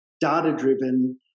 data-driven